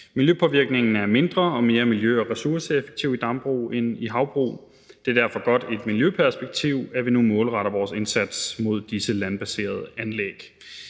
Miljøpåvirkningen er mindre, og der er mere miljø- og ressourceeffektivitet i dambrug end i havbrug. Det er derfor godt i et miljøperspektiv, at vi nu målretter vores indsats mod disse landbaserede anlæg.